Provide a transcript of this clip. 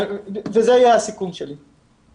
זה אחריות של כולנו.